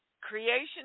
Creation